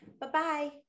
bye-bye